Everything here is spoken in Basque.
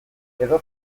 edo